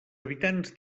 habitants